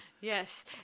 yes